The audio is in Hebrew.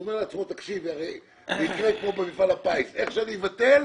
הוא אומר לעצמו הרי יקרה כמו במפעל הפיס איך שאני אבטל,